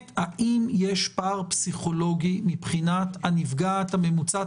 האם יש פער פסיכולוגי מבחינת הנפגעת הממוצעת,